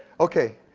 okay,